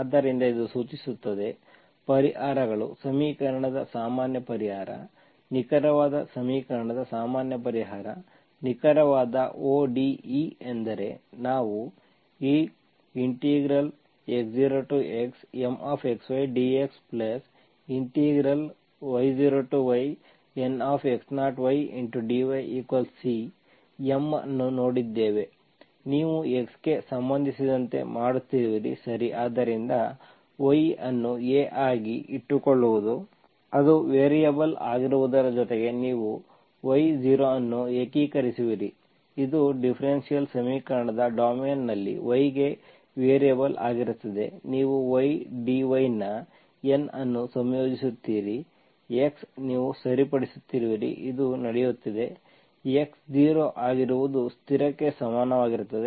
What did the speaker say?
ಆದ್ದರಿಂದ ಇದು ಸೂಚಿಸುತ್ತದೆ ಪರಿಹಾರಗಳು ಸಮೀಕರಣದ ಸಾಮಾನ್ಯ ಪರಿಹಾರ ನಿಖರವಾದ ಸಮೀಕರಣದ ಸಾಮಾನ್ಯ ಪರಿಹಾರ ನಿಖರವಾದ ODE ಎಂದರೆ ನಾವು ಈ x0xMxy dxy0yNx0y dyC M ಅನ್ನು ನೋಡಿದ್ದೇವೆ ನೀವು x ಗೆ ಸಂಬಂಧಿಸಿದಂತೆ ಮಾಡುತ್ತಿರುವಿರಿ ಸರಿ ಆದ್ದರಿಂದ y ಅನ್ನು a ಆಗಿ ಇಟ್ಟುಕೊಳ್ಳುವುದು ಅದು ವೇರಿಯೇಬಲ್ ಆಗಿರುವುದರ ಜೊತೆಗೆ ನೀವು y0 ಅನ್ನು ಏಕೀಕರಿಸುವಿರಿ ಇದು ಡಿಫರೆನ್ಷಿಯಲ್ ಸಮೀಕರಣದ ಡೊಮೇನ್ನಲ್ಲಿ y ಗೆ ವೇರಿಯಬಲ್ ಆಗಿರುತ್ತದೆ ನೀವು y dy ನ N ಅನ್ನು ಸಂಯೋಜಿಸುತ್ತೀರಿ x ನೀವು ಸರಿಪಡಿಸುತ್ತಿರುವಿರಿ ಇದು ನಡೆಯುತ್ತಿದೆ x0 ಆಗಿರುವುದು ಸ್ಥಿರಕ್ಕೆ ಸಮನಾಗಿರುತ್ತದೆ